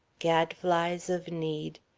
gadflys of need,